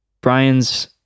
Brian's